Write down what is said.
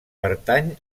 pertany